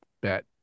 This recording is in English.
bet